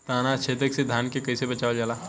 ताना छेदक से धान के कइसे बचावल जाला?